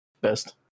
best